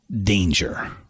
Danger